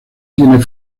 tiene